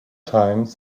times